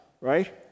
right